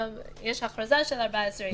יש הכרזה של 14 ימים.